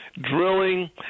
drilling